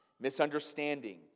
misunderstanding